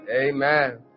Amen